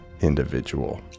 individual